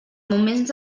moments